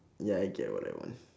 ya I get what I want